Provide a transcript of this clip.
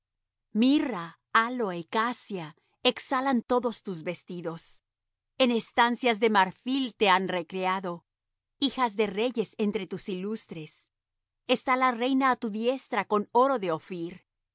mirra áloe y casia exhalan todos tus vestidos en estancias de marfil te han recreado hijas de reyes entre tus ilustres está la reina á tu diestra con oro de